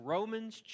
Romans